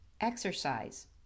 Exercise